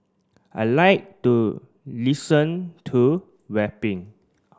I like to listen to rapping